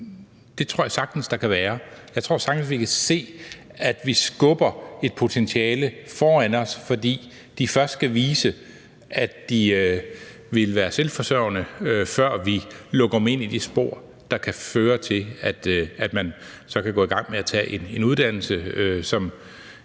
Det tror jeg der sagtens kan være. Jeg tror sagtens, at vi kan se, at vi skubber et potentielle foran os, fordi de først skal vise, at de vil være selvforsørgende, før vi lukker dem ind i det spor, der kan føre til, at man så kan gå i gang med at tage en uddannelse, som